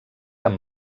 amb